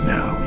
Now